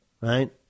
Right